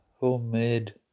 homemade